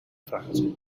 frase